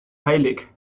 heilig